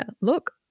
look